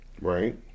Right